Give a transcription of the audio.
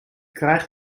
krijg